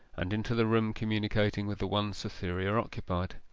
and into the room communicating with the one cytherea occupied.